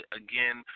again